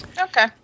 Okay